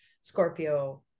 scorpio